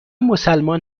مسلمان